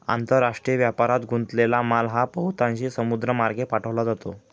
आंतरराष्ट्रीय व्यापारात गुंतलेला माल हा बहुतांशी समुद्रमार्गे पाठवला जातो